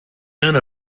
none